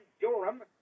Durham